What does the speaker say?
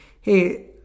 hey